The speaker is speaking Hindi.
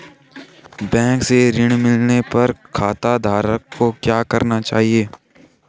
बैंक से ऋण मिलने पर खाताधारक को क्या करना चाहिए?